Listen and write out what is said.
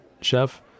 chef